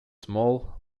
small